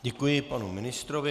Děkuji panu ministrovi.